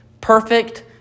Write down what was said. perfect